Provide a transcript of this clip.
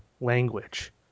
language